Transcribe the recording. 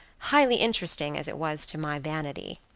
highly interesting as it was to my vanity.